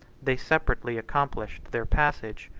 they separately accomplished their passage,